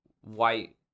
white